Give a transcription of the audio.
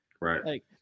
Right